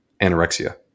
anorexia